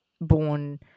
born